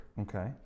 Okay